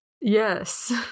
yes